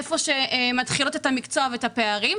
היכן שמתחיל המקצוע והפערים.